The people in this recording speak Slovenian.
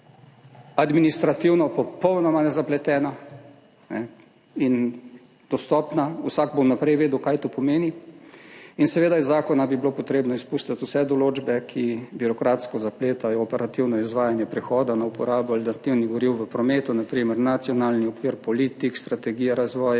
administrativno popolnoma nezapletena in dostopna. Vsak bo vnaprej vedel, kaj to pomeni. In, seveda, iz zakona bi bilo treba izpustiti vse določbe, ki birokratsko zapletajo operativno izvajanje prehoda na uporabo alternativnih goriv v prometu, na primer nacionalni okvir politik, strategije razvoja,